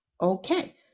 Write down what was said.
Okay